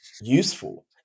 useful